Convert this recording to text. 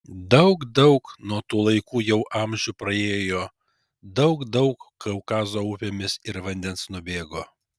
daug daug nuo tų laikų jau amžių praėjo daug daug kaukazo upėmis ir vandens nubėgo